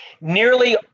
Nearly